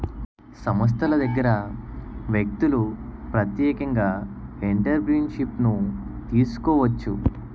సంస్థల దగ్గర వ్యక్తులు ప్రత్యేకంగా ఎంటర్ప్రిన్యూర్షిప్ను తీసుకోవచ్చు